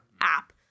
app